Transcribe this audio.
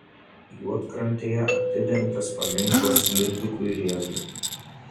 juodkrantėje atidengtas paminklas liudvikui rėzai